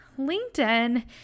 LinkedIn